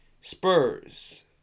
Spurs